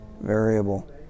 Variable